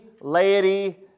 laity